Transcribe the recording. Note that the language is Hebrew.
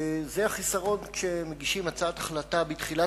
זה החיסרון כשמגישים הצעת החלטה בתחילת